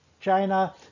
China